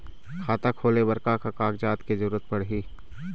खाता खोले बर का का कागजात के जरूरत पड़ही?